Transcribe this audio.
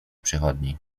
przychodni